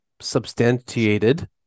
substantiated